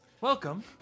Welcome